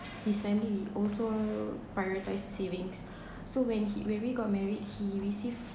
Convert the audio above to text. his family also prioritise savings so when he when we got married he receives